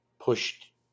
pushed